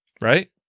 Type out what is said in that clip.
Right